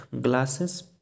glasses